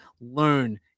learn